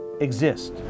exist